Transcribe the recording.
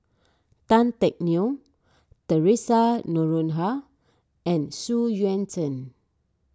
Tan Teck Neo theresa Noronha and Xu Yuan Zhen